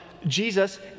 Jesus